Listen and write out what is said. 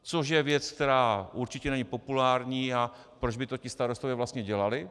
Což je věc, která určitě není populární, a proč by to ti starostové vlastně dělali?